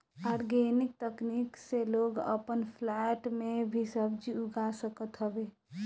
organic तकनीक से लोग अपन फ्लैट में भी सब्जी उगा सकत हवे